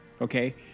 okay